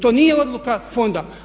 To nije odluka fonda.